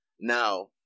now